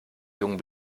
jung